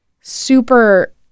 super